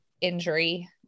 injury